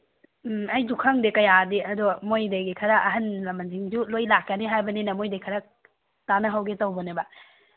ꯎꯝ ꯑꯩꯁꯨ ꯈꯪꯗꯦ ꯀꯌꯥꯗꯤ ꯑꯗꯣ ꯃꯈꯣꯏꯗꯒꯤ ꯈꯔ ꯑꯍꯜ ꯂꯃꯟꯁꯤꯡꯁꯨ ꯂꯣꯏꯅ ꯂꯥꯛꯀꯅꯤ ꯍꯥꯏꯕꯅꯤꯅ ꯃꯈꯣꯏꯗꯒꯤ ꯈꯔ ꯇꯥꯅꯍꯧꯒꯦ ꯇꯧꯕꯅꯤꯕ